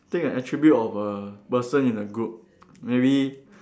take an attribute of a person in the group maybe